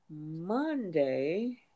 Monday